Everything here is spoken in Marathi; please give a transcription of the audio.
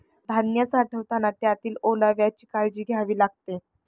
धान्य साठवताना त्यातील ओलाव्याची काळजी घ्यावी लागते